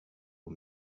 aux